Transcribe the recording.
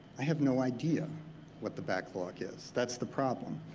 i have no idea what the backlog is. that's the problem.